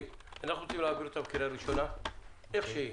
אנחנו רוצים להעביר אותה בקריאה הראשונה כפי שהיא.